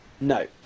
No